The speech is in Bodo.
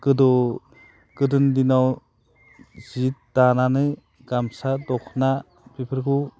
गोदो गोदोनि दिनाव जि दानानै गामसा दख'ना बेफोरखौ